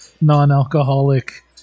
non-alcoholic